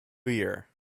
year